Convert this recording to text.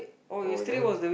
oh you never